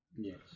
Yes